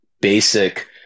basic